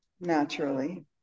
naturally